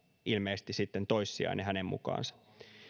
ilmeisesti sitten toissijainen hänen mukaansa